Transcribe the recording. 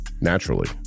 naturally